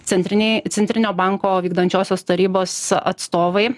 centrinėj centrinio banko vykdančiosios tarybos atstovai